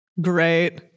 Great